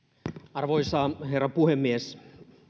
arvoisa herra puhemies